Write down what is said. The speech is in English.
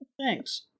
Thanks